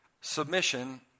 Submission